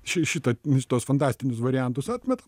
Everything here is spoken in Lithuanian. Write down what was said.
ši šita mis tuos fantastinius variantus atmeta